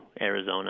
Arizona